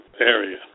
area